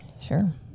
Sure